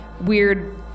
weird